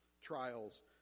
Trials